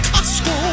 Costco